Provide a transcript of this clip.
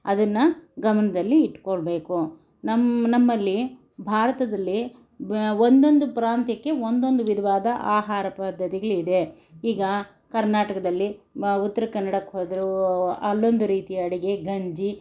ಅದನ್ನು ಗಮನದಲ್ಲಿ ಇಟ್ಕೊಳ್ಬೇಕು ನಮ್ಮ ನಮ್ಮಲ್ಲಿ ಭಾರತದಲ್ಲಿ ಬ ಒಂದೊಂದು ಪ್ರಾಂತ್ಯಕ್ಕೆ ಒಂದೊಂದು ವಿಧವಾದ ಆಹಾರ ಪದ್ಧತಿಗಳಿದೆ ಈಗ ಕರ್ನಾಟಕದಲ್ಲಿ ಉತ್ರ ಕನ್ನಡಕ್ಕೆ ಹೋದರೂ ಅಲ್ಲೊಂದು ರೀತಿ ಅಡುಗೆ ಗಂಜಿ